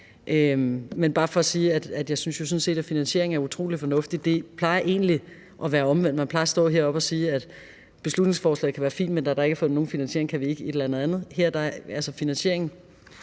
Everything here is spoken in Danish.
er bare for at sige, at jeg sådan set synes, at finansieringen er utrolig fornuftig. Det plejer egentlig at være omvendt, nemlig at man plejer at stå heroppe og sige, at beslutningsforslaget kan være fint, men da der ikke er fundet nogen finansiering, kan vi ikke et eller andet, men